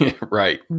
Right